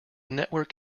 network